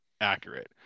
accurate